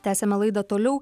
tęsiame laidą toliau